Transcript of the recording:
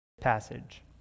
passage